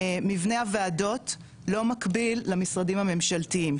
מבנה הוועדות לא מקביל למשרדים הממשלתיים,